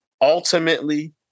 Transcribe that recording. ultimately